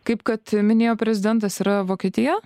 kaip kad minėjo prezidentas yra vokietija